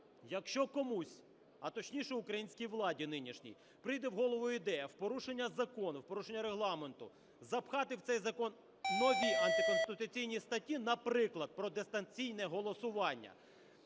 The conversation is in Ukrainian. якщо комусь, а точніше, українській владі нинішній, прийде в голову ідея в порушення закону, в порушення Регламенту запхати в цей закон нові антиконституційні статті, наприклад, про дистанційне голосування,